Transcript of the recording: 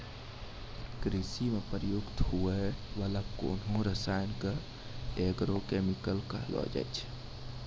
कृषि म प्रयुक्त होय वाला कोनो रसायन क एग्रो केमिकल कहलो जाय छै